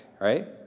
right